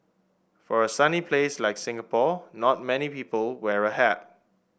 for a sunny place like Singapore not many people wear a hat